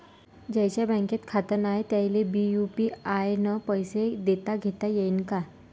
ज्याईचं बँकेत खातं नाय त्याईले बी यू.पी.आय न पैसे देताघेता येईन काय?